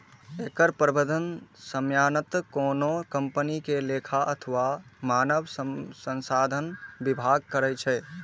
एकर प्रबंधन सामान्यतः कोनो कंपनी के लेखा अथवा मानव संसाधन विभाग करै छै